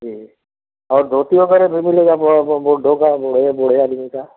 जी और धोती वगैरह भी मिलेगा ब ब बुड्ढों का बूढ़ बूढ़े आदमी का